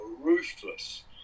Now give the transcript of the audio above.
ruthless